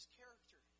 character